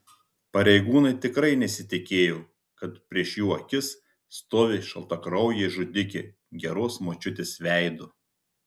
pareigūnai tikrai nesitikėjo kad prieš jų akis stovi šaltakraujė žudikė geros močiutės veidu